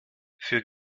für